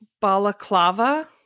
balaclava